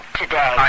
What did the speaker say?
today